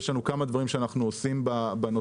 יש לנו כמה דברים שאנחנו עושים בנושא,